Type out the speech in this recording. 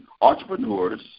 entrepreneurs